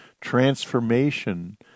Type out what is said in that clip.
Transformation